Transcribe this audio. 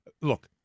Look